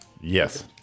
Yes